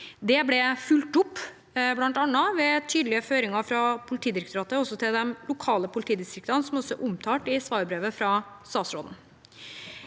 Det ble fulgt opp bl.a. ved tydelige føringer fra Politidirektoratet til de lokale politidistriktene, som er omtalt i svarbrevet fra statsråden.